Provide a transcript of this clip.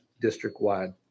district-wide